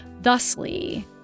thusly